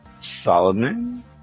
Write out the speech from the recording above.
Solomon